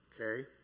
okay